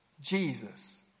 Jesus